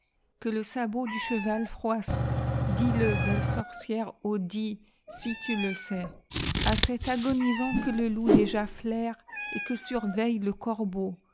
que le sabot du cheval froisse dis-le belle sorcière oh dis si tu le sais a et agonisant que le loup déjà flaire et que surveille le corbeau